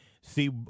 see